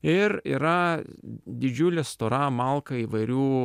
ir yra didžiulė stora malka įvairių